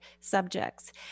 subjects